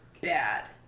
bad